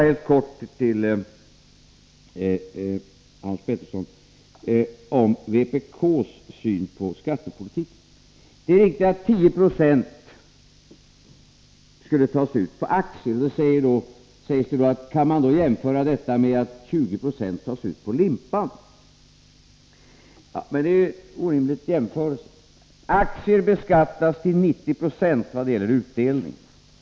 Så några ord till Hans Petersson när det gäller vpk:s syn på skattepolitiken. Det är riktigt att 10 20 skall tas ut på aktier. Hans Petersson jämför detta med att 20 90 tas ut på limpan. Men det är en orimlig jämförelse. Aktier beskattas till 90 96 vad gäller utdelningen.